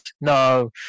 no